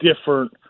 different